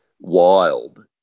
wild